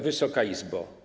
Wysoka Izbo!